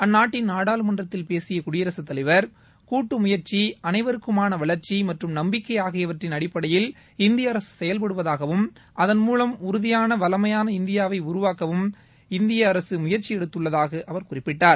அந்நாட்டின் நாடாளுமன்றத்தில் பேசிய குடியரசுத்தலைவர் கூட்டு முயற்சி அனைவருக்குமான வளர்ச்சி மற்றும் நப்பிக்கை ஆகியவற்றின் அடிப்படையில் இந்திய அரசு செயல்படுவதாகவும் அதன் மூலம் உறுதியாள வளமையான இந்தியாவை உருவாக்க இந்திய அரசு முயற்சி எடுத்துள்ளதாக அவர் குறிப்பிட்டார்